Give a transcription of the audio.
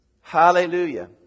Hallelujah